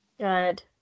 Good